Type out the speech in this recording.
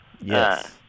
Yes